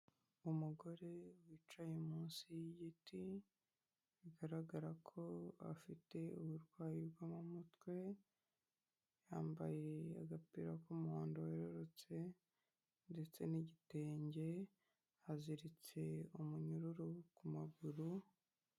Umugore wicaye munsi y'igiti, bigaragara ko afite uburwayi bwo mu mutwe, yambaye agapira k'umuhondo werurutse ndetse n'igitenge, aziritse umunyururu ku maguru.